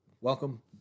Welcome